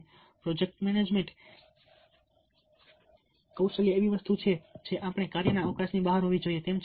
અને project management કૌશલ્ય એવી વસ્તુ છે જે આપણા કાર્યના અવકાશની બહાર હોવી જોઈએ